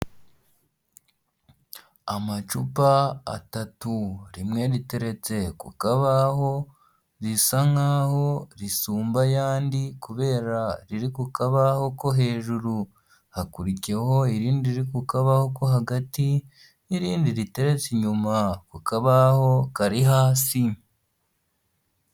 Amacupa atatu, rimwe riteretse ku kabaho risa nkaho risumba ayandi kubera riri ku kabaho ko hejuru, hakurikiyeho irindi riri ku kabaho ko hagati n'irindi riteretse inyuma ku kabaho kari hasi.